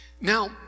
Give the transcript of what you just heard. Now